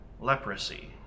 leprosy